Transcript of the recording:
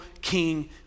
King